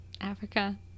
Africa